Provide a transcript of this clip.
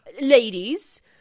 ladies